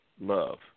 love